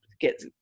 get